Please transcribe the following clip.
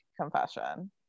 confession